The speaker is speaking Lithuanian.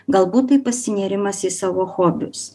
galbūt tai pasinėrimas į savo hobius